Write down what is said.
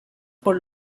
por